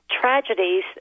tragedies